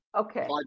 okay